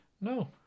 no